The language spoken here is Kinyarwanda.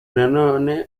nanone